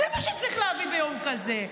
זה מה שצריך להביא ביום כזה.